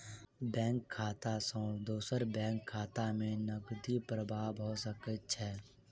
bank खाता सॅ दोसर बैंक खाता में नकदी प्रवाह भ सकै छै